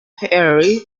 prairie